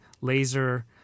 laser